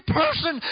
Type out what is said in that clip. person